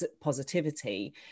positivity